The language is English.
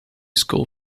school